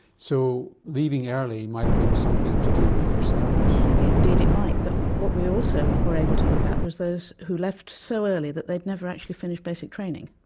so leaving early might have been something to do with their service. indeed it might, but what we also were able to look at was those who left so early that they had never actually finished basic training.